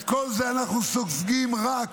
את כל זה אנחנו סופגים רק